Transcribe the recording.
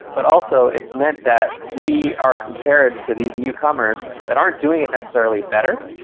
but also its meant that we are compared to these newcomers that aren't doing it necessarily better,